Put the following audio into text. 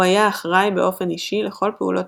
הוא היה אחראי באופן אישי לכל פעולות